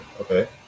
Okay